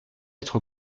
être